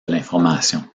l’information